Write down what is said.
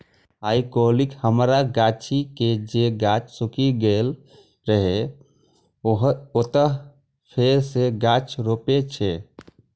आइकाल्हि हमरा गाछी के जे गाछ सूखि गेल रहै, ओतय फेर सं गाछ रोपै छियै